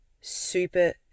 super